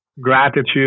Gratitude